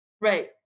Right